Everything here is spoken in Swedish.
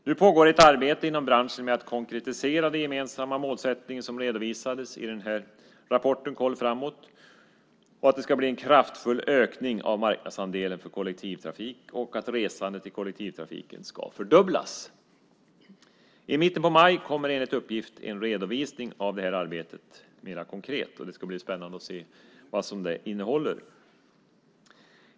Nu pågår ett arbete inom branschen med att konkretisera den gemensamma målsättning som redovisades i rapporten Koll framåt . Det ska bli en kraftfull ökning av marknadsandelen för kollektivtrafik, och resandet i kollektivtrafiken ska fördubblas. I mitten av maj kommer enligt uppgift en redovisning av detta arbete. Det ska bli spännande att se vad det innehåller.